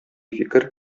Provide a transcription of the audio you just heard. фикер